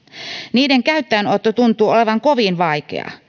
niiden käyttöönotto tuntuu olevan kovin vaikeaa